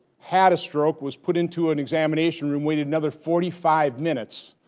had a stroke, was put into an examination room, waited another forty five minutes,